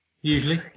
usually